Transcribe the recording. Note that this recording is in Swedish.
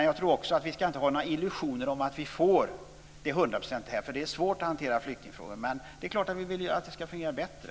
Jag tror dock inte att vi ska ha några illusioner om att få detta hundraprocentigt. Det är svårt att hantera flyktingfrågor. Men det är klart att vi vill att det ska fungera bättre.